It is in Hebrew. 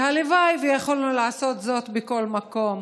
והלוואי ויכולנו לעשות זאת בכל מקום